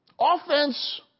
Offense